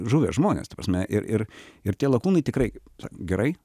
žuvę žmonės ta prasme ir ir ir tie lakūnai tikrai gerai